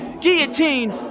Guillotine